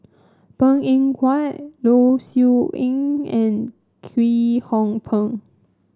Png Eng Huat Low Siew Nghee and Kwek Hong Png